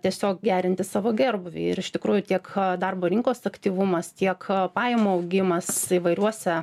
tiesiog gerinti savo gerbūvį ir iš tikrųjų tiek darbo rinkos aktyvumas tiek pajamų augimas įvairiuose